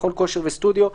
מכון כושר וסטודיו,